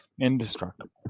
Indestructible